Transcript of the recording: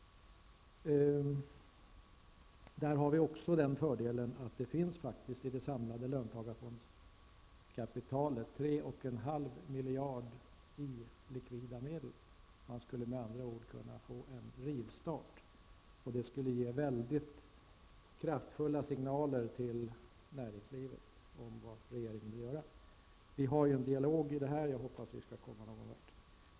En annan fördel är att det faktiskt i det samlade löntagarfondskapitalet finns 3,5 miljarder i likvida medel. Man skulle med andra ord kunna få en rivstart, och det skulle ge väldigt kraftfulla signaler till näringslivet om vad regeringen vill göra. Vi för ju en dialog kring detta, och jag hoppas att vi skall komma någon vart.